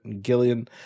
Gillian